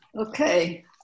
Okay